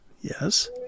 yes